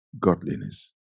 godliness